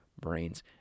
brains